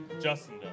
Justin